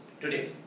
today